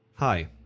Hi